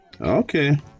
okay